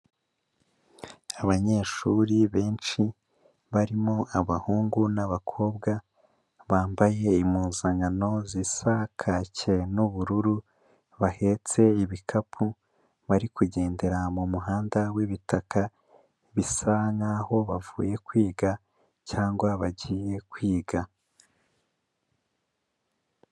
Abanyeshuri benshi barimo abahungu n'abakobwa bambaye impuzankano zisa kaki n'ubururu, bahetse ibikapu bari kugendera mu muhanda w'ibitaka bisa nkaho bavuye kwiga cyangwa bagiye kwiga.